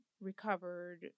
recovered